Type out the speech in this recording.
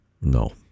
No